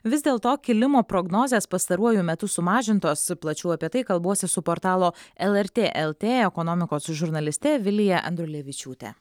vis dėlto kilimo prognozės pastaruoju metu sumažintos plačiau apie tai kalbuosi su portalo lrt lt ekonomikos žurnaliste vilija andrulevičiūte